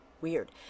weird